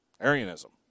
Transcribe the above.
Arianism